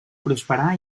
prosperar